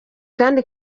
kandi